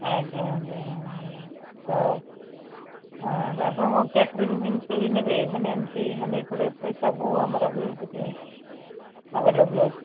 ଆଜ୍ଞା ଆଜ୍ଞା ହେଉ ତ ଆପଣ କ'ଣ କ୍ୟାଟ୍ରିଙ୍ଗ ଜିନିଷ ବି ନେବେ ମାନେ ଏମତି ହାଣ୍ଡି କଡ଼େଇ ଫଡ଼େଇ ସବୁ ଆମର ବି ସେଇଠି ଆଭେଲେବଲ ଅଛି